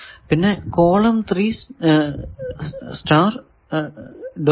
പിന്നെ എന്നും ആണ്